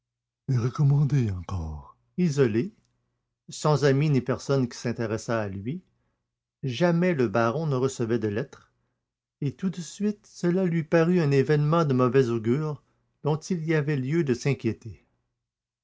recommandée encore isolé sans ami ni personne qui s'intéressât à lui jamais le baron ne recevait de lettre et tout de suite cela lui parut un événement de mauvais augure dont il y avait lieu de s'inquiéter